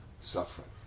suffering